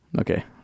Okay